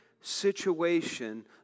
situation